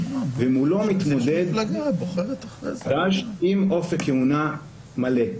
ומולו מתמודד מועמד חדש עם אופק כהונה מלא.